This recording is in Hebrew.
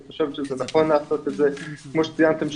היא חושבת שזה נכון לעשות את זה כמו שציינתם,